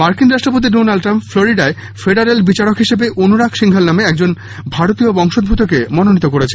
মার্কিন রাষ্ট্রপতি Donald Trump ফ্লোরিডার ফেডারেল বিচারক হিসাবে অনুরাগ সিংঘল নামে একজন ভারতীয় বংশড়ুতকে মনোনীত করেছেন